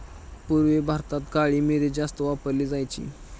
पूर्वी भारतात काळी मिरी जास्त वापरली जायची